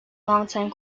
longtime